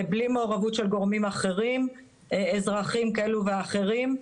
בלי מעורבות של גורמים אחרים אזרחיים כאלו ואחרים,